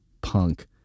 punk